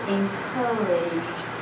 encouraged